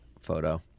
photo